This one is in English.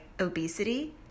obesity